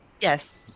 Yes